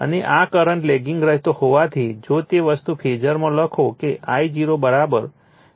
અને આ current leaking રહેતો હોવાથી જો તે વસ્તુ ફેઝરમાં લખો કે I0 Ic j Im હશે